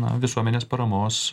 na visuomenės paramos